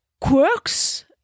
quirks